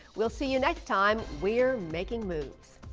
we'll see you next time we're making moves.